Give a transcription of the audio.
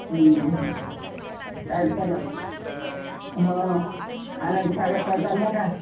काय झालं हो आनंदसागर पार्क चालल्या का